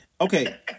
Okay